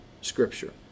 Scripture